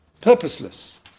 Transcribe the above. purposeless